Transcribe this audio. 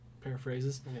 Paraphrases